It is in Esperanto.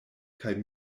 kaj